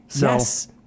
Yes